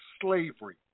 Slavery